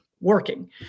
working